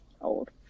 old